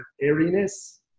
airiness